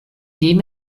dem